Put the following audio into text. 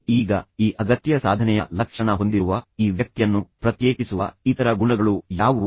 ಈಗ ಈ ಅಗತ್ಯ ಸಾಧನೆಯ ಲಕ್ಷಣ ಹೊಂದಿರುವ ಈ ವ್ಯಕ್ತಿಯನ್ನು ಪ್ರತ್ಯೇಕಿಸುವ ಇತರ ಗುಣಗಳು ಯಾವುವು